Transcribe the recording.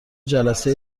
جلسه